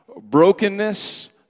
brokenness